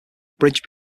bridge